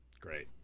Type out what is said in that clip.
Great